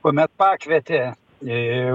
kuomet pakvietė į